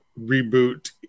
reboot